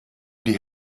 die